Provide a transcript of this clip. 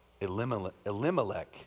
Elimelech